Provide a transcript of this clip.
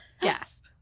gasp